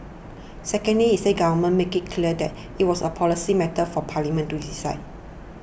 secondly he said the Government made it clear that it was a policy matter for Parliament to decide